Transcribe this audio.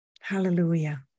Hallelujah